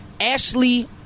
Ashley